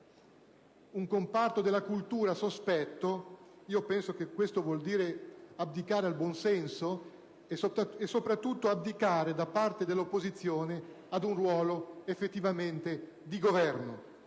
un comparto della cultura sospetto, penso che ciò voglia dire abdicare al buon senso e soprattutto abdicare, da parte dell'opposizione, ad un ruolo effettivamente di governo.